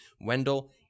Wendell